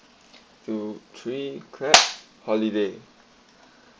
two three clap holiday